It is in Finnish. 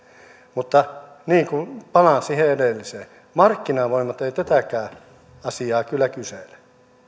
mutta jos palaan siihen edelliseen markkinavoimat eivät tätäkään asiaa kyllä kysele